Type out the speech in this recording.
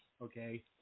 Okay